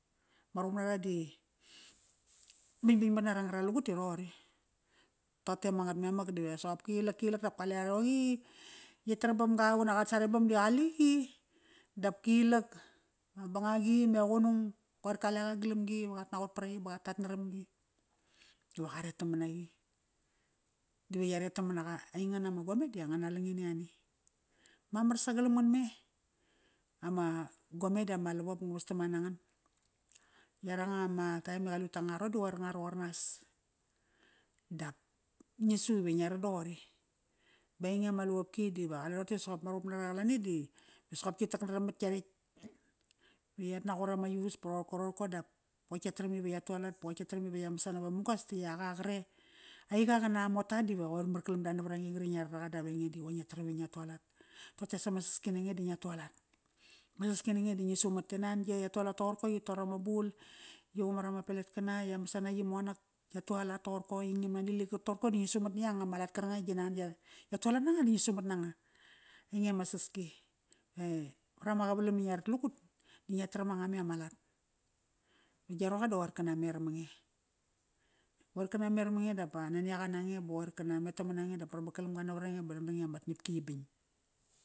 Ma ruqup nara di bingbing mat na ra ngaralugut ti roqori. Toqote ma ngat memak di soqop kilak, kilak dap kale a roqi i yi tarabamga unak at sarebam di qaliqi. Dap kilak. Ma bangagi me qunung koir kaleqa galamgi va qat naqot paraqi ba qatatnaramgi. Iva qaret tamanaqi. Dive ya ret taman aqa. Aingan ama gome di angana langini ni. Marmar sagalam ngan me ama, gome dama lavop ngu vastamna nangan. Yaranga ma time i qalut tangararon di qoir nga roqor nas. Dap ngi su ive ngia ran doqori. Bainge ama lavopki dive qale roqote soqop ma ruqup nara qalani di soqop qi taknaram mat yaretk. Ve yatnaqot ama yus pa raqorko roqorko dap qoir tka taram ive ya tualat pa qoir tka taram ive ya masana ive mugos ti yak a qre, aiqa qana mota diva qoir markalam dav ainge di qoi ngia taram ve ngia tualat Toqote i as ama saski nange di ngia tualat. Ma saski nange da ngi sumat. E nan ya tualat toqorko i yi tor ama bul, yi qumar ama peletkana ya masana yi monak, ya tualat toqorko Yi ngiam nani ligar toqorko di ngi sumat na yanga ma lat karknga i gi nan ya, ya tualat nanga di ngi sumat nanga. Ainge ama saski. Vra ma qavalam i ngia rat lagut, di ngia taram anga me ama lat. Da dia roqa da qoir kana mer mange. Qoir kana mer mange dap va nani aqa nange ba qoir kana met tamana nge dap marmar kalamga navarange ba dangdang i ama ngiapki yi bing.